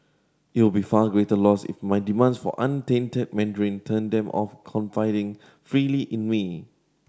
it would be far greater loss if my demands for untainted Mandarin turned them off confiding freely in me